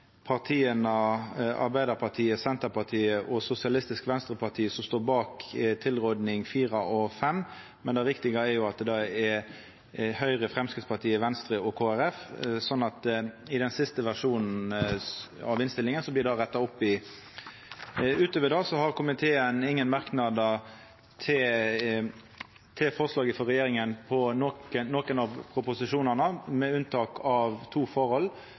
partia Arbeidarpartiet, Senterpartiet og Sosialistisk Venstreparti som står bak tilrådinga IV–V, men det riktige er at det er Høgre, Framstegspartiet, Venstre og Kristeleg Folkeparti. I den siste versjonen av innstillinga blir det retta opp. Utover det har komiteen ingen merknader til forslaget frå regjeringa til nokon av proposisjonane, med unntak av to forhold.